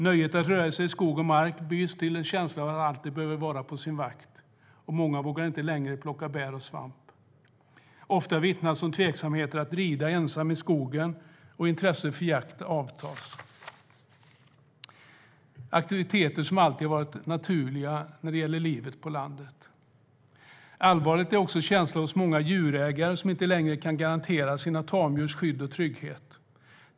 Nöjet att röra sig i skog och mark byts till en känsla av att alltid behöva vara på sin vakt, och många vågar inte längre plocka bär och svamp. Ofta vittnas om tveksamhet att rida ensam i skogen, och intresset för jakt avtar. Det här är aktiviteter som alltid har varit naturliga för livet på landet. Allvarlig är också känslan hos många djurägare som inte längre kan garantera sina tamdjur skydd och trygghet.